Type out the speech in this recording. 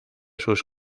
sus